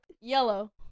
yellow